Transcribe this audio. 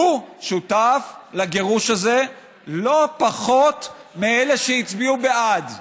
הוא שותף לגירוש הזה לא פחות מאלה שהצביעו בעד.